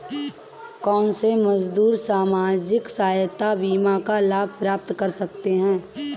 कौनसे मजदूर सामाजिक सहायता बीमा का लाभ प्राप्त कर सकते हैं?